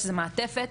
שזה מעטפת.